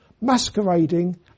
masquerading